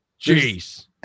Jeez